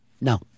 No